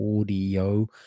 audio